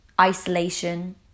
isolation